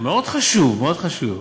מאוד חשוב, מאוד חשוב.